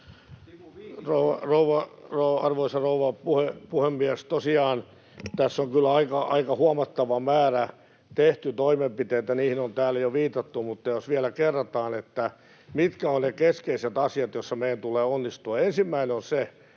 Arvoisa rouva puhemies! Tosiaan tässä on kyllä aika huomattava määrä tehty toimenpiteitä, ja niihin on täällä jo viitattu, mutta jos vielä kerrataan, mitkä ovat ne keskeiset asiat, joissa meidän tulee onnistua: Ensimmäinen on se,